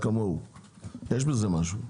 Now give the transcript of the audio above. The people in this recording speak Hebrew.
יש בזה משהו,